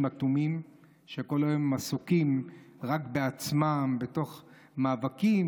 אטומים שכל היום עסוקים רק בעצמם בתוך מאבקים,